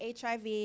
HIV